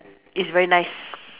it's very nice